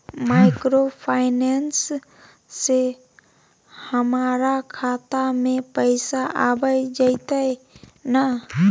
Microfinance से हमारा खाता में पैसा आबय जेतै न?